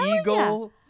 eagle